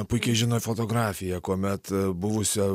puikiai žino fotografiją kuomet buvusio